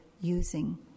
using